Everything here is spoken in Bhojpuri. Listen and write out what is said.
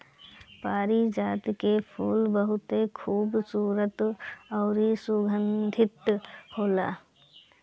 पारिजात के फूल बहुते खुबसूरत अउरी सुगंधित होला